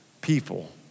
people